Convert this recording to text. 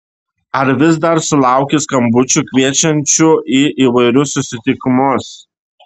ar vis dar sulauki skambučių kviečiančių į įvairius susitikimus